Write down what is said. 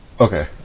Okay